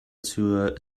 zur